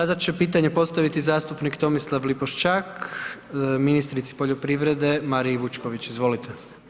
Sada će pitanje postaviti zastupnik Tomislav Lipošćak ministrici poljoprivrede Mariji Vučković, izvolite.